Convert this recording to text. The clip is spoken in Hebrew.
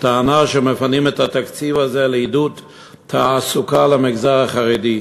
בטענה שמפנים את התקציב הזה לעידוד תעסוקה למגזר החרדי.